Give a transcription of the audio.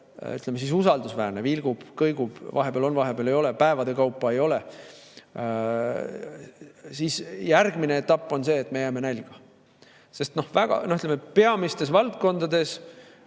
ei ole usaldusväärne, vilgub, kõigub, vahepeal on, vahepeal ei ole, päevade kaupa ei ole, siis järgmine etapp on see, et me jääme nälga. Peamistes valdkondades